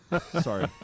Sorry